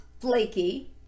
flaky